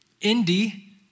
Indy